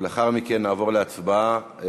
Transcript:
לאחר מכן נעבור להצבעה.